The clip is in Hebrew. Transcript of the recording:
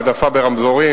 על העדפה ברמזורים.